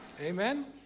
Amen